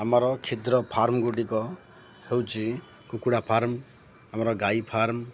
ଆମର କ୍ଷୁଦ୍ର ଫାର୍ମ ଗୁଡ଼ିକ ହେଉଛି କୁକୁଡ଼ା ଫାର୍ମ ଆମର ଗାଈ ଫାର୍ମ